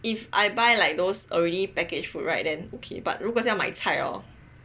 if I buy like those already packaged food right then okay but 如果是要买菜 hor